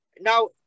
Now